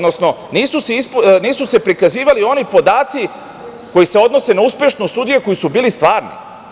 Nisu se prikazivali oni podaci koji se odnose na uspešnost sudija koji su bili stvarni.